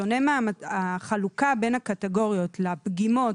החלוקה בין הקטגוריות לפגימות,